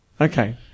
Okay